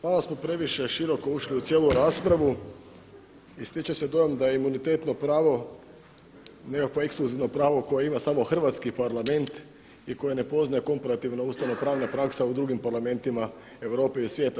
Mislim malo smo previše široko ušli u cijelu raspravu i stiče se dojam da je imunitetno pravo nekakvo ekskluzivno pravo koje ima samo hrvatski Parlament i koje ne poznaje komparativna ustavno-pravna praksa u drugim parlamentima Europe i svijeta.